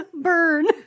burn